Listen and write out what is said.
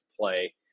play